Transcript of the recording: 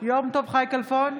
יום טוב חי כלפון,